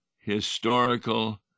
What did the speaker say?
historical